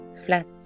flat